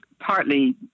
partly